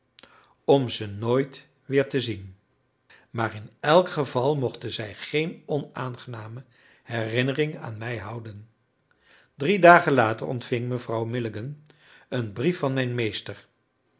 om ze nooit weer te zien maar in elk geval mochten zij geen onaangename herinnering aan mij houden drie dagen later ontving mevrouw milligan een brief van mijn meester